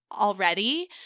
already